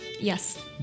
Yes